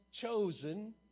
chosen